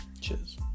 Cheers